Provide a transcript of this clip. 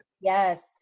Yes